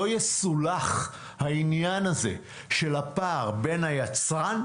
לא יסולח העניין הזה של הפער בין היצרן,